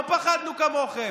לא פחדנו כמוכם.